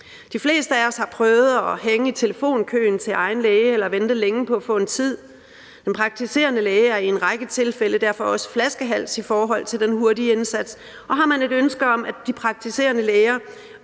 De fleste af os har prøvet at hænge i telefonkøen til egen læge eller vente længe på at få en tid. Den praktiserende læge er derfor også i en række tilfælde flaskehals i forhold til den hurtige indsats, og har man et ønske om, at de praktiserende læger